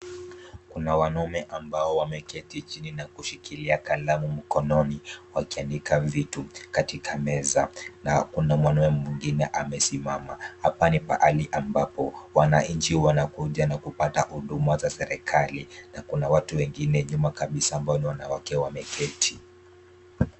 Kuna wanaume ambao wameketi chini na kushikilia kalamu mkononi wakiandika vitu. Katika meza, na kuna mwanaume mwingine amesimama hapani pali ambapo wana inchi wanakuja na kupata huduma za serikali. Na kuna watu wengine nyuma kabisa ambao ni wanawake wameketi.